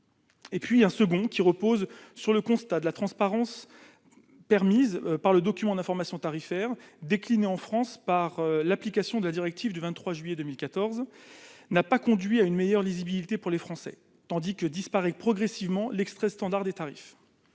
Le second repose sur le constat que la transparence permise par le document d'information tarifaire, décliné en France par application de la directive du 23 juillet 2014, n'a pas conduit à une meilleure lisibilité pour les Français, tandis que disparaît progressivement l'extrait standard des tarifs.